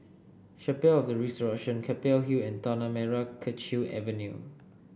Chapel of The Resurrection Keppel Hill and Tanah Merah Kechil Avenue